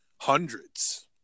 hundreds